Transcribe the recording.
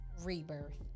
Rebirth